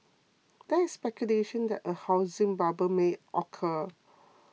there is speculation that a housing bubble may occur